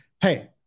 hey